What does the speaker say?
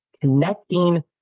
connecting